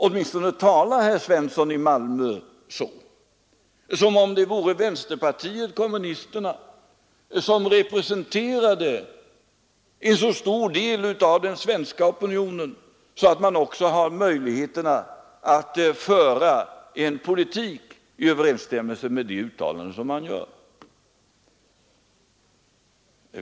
Åtminstone talar herr Svensson i Malmö som om vänsterpartiet kommunisterna representerade en så stor del av den svenska opinionen att man också har beroende av multinationella företag, möjligheter att föra en politik i överensstämmelse med de uttalanden man gör.